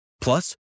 Plus